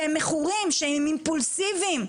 שהם מכורים ושהם אימפולסיביים,